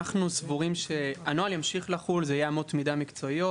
הוא יהיה אמות מידה מקצועיות,